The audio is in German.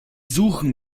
suchen